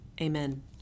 Amen